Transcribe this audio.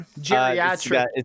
geriatric